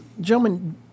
gentlemen